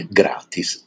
gratis